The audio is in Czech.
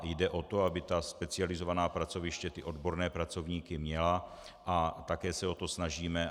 Jde o to, aby specializovaná pracoviště odborné pracovníky měla, a také se o to snažíme.